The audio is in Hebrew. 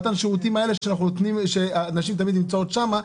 שבשירותים האלה תמיד נמצאות נשים.